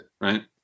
right